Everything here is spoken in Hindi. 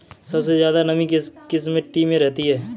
सबसे ज्यादा नमी किस मिट्टी में रहती है?